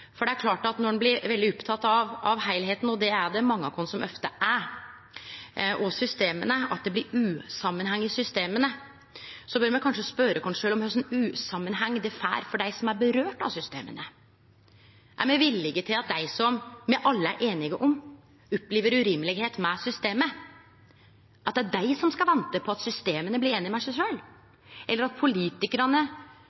For det er klart at når ein blir veldig oppteken av heilskapen – og det er det mange av oss som ofte er – og av at det blir usamanheng i systema, bør me kanskje spørje oss sjølve kva for usamanheng det får for dei som systema vedkjem. Er me villige til å sjå på at det er dei som me alle er einige om opplever at systemet er urimeleg, som skal vente på at systema blir einige med seg